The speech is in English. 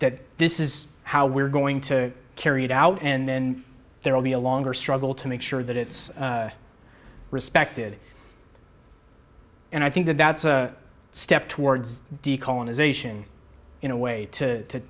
that this is how we're going to carry it out and then there will be a longer struggle to make sure that it's respected and i think that that's a step towards decolonization in a way to t